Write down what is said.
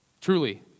Truly